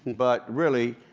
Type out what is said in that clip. but really,